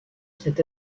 cet